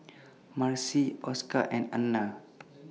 Marcie Oscar and Anna